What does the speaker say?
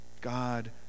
God